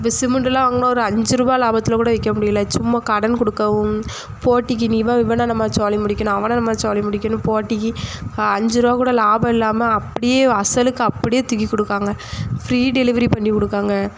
இப்போ சிமெண்டு எல்லாம் வாங்கினா ஒரு அஞ்சுரூபா லாபத்தில் கூட விற்க முடியல சும்மா கடன் கொடுக்கவும் போட்டிக்கு நீ இவன் இவனை நம்ம சோலி முடிக்கணும் அவனை நம்ம சோலி முடிக்கணும் போட்டிக்கு அஞ்சுரூவா கூட லாபம் இல்லாமல் அப்படியே அசலுக்கு அப்படியே தூக்கி கொடுக்காங்க ஃப்ரீ டெலிவரி பண்ணி கொடுக்காங்க